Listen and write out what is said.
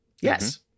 Yes